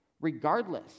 regardless